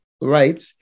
right